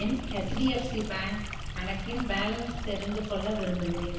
என் HDFC bank கணக்கின் balance தெரிந்துகொள்ள விரும்புகிறேன்